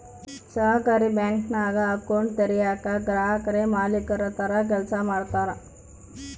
ಸಹಕಾರಿ ಬ್ಯಾಂಕಿಂಗ್ನಾಗ ಅಕೌಂಟ್ ತೆರಯೇಕ ಗ್ರಾಹಕುರೇ ಮಾಲೀಕುರ ತರ ಕೆಲ್ಸ ಮಾಡ್ತಾರ